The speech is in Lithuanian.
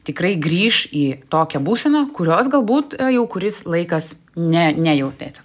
tikrai grįš į tokią būseną kurios galbūt jau kuris laikas ne nejautėte